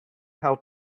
how